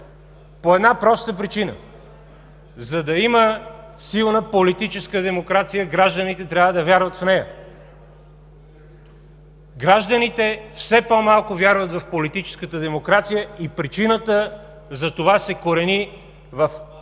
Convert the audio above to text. по една проста причина – за да има силна политическа демокрация, гражданите трябва да вярват в нея. Гражданите все по-малко вярват в политическата демокрация и причината за това се корени в